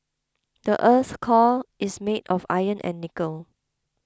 the earth's core is made of iron and nickel